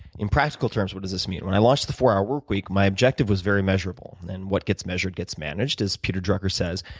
in practical terms what does this mean? when i launched the four hour work week, my objective was very measurable. and what gets measured also gets managed as peter drucker says.